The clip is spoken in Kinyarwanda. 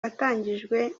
watangijwe